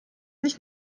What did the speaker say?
nicht